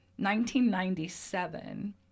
1997